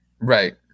Right